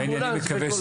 אמבולנס וכל זה,